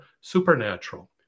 supernatural